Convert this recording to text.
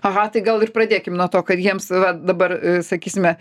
aha tai gal ir pradėkim nuo to kad jiems va dabar sakysime